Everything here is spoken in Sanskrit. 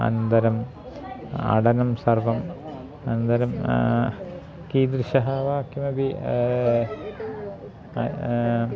अनन्तरम् अटनं सर्वम् अनन्तरं कीदृशः वा किमपि